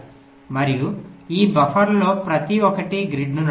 మరియు ఈ బఫర్లలో ప్రతి ఒక్కటి గ్రిడ్ను నడుపుతాయి